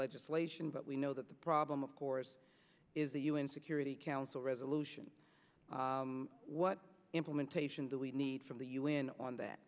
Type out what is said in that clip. legislation but we know that the problem of course is the un security council resolution what implementation do we need from the un on that